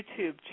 YouTube